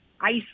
Ice